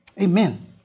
Amen